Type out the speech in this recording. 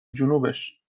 جنوبش